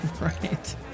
Right